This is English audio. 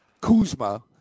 Kuzma